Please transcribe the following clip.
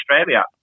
Australia